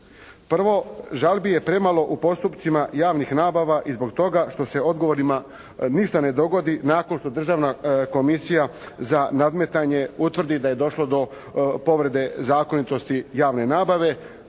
Prvo, žalbi je premalo u postupcima javnih nabava i zbog toga što se odgovorima ništa ne dogodi nakon što Državna komisija za nadmetanje utvrdi da je došlo do povrede zakonitosti javne nabave.